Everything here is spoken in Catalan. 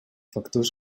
factors